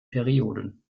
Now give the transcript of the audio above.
perioden